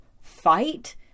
fight